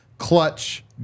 Clutch